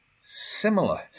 similar